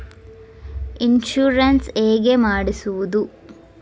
Insurance ಹೇಗೆ ಮಾಡಿಸುವುದು?